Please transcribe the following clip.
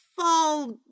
fall